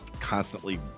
constantly